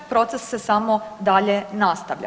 Proces se samo dalje nastavlja.